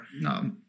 no